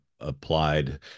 applied